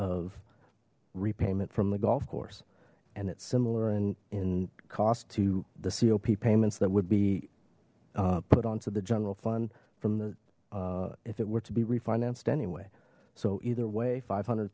of repayment from the golf course and it's similar in in cost to the co p payments that would be put on to the general fund from the if it were to be refinanced anyway so either way five hundred